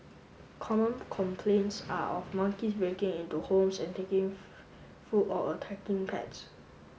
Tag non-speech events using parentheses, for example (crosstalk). common complaints are of monkeys breaking into homes and taking (unintelligible) food or attacking pets